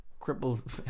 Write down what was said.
Crippled